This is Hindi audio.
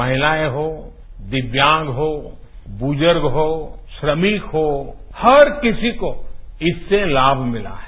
महिलाएं हों दिव्यांग हो बुजुर्गहो श्रमिकहो हर किसी को इससे लाभ मिला है